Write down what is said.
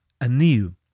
anew